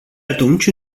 atunci